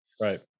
Right